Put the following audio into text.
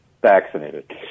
vaccinated